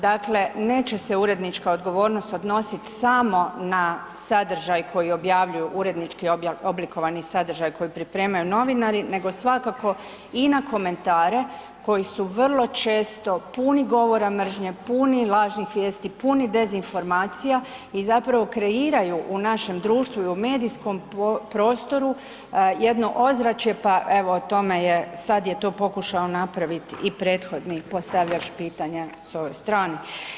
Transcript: Dakle neće se urednička odgovornost odnositi samo na sadržaj koji objavljuju urednički oblikovani sadržaj koji pripremaju novinari nego svakako i na komentare koji su vrlo često puni govora mržnje, puni lažnih vijesti, puni dezinformacija i zapravo kreiraju u našem društvu i u medijskom prostoru jedno ozračje, pa evo o tome je, sad je to pokušao napraviti i prethodni postavljač pitanja s ove strane.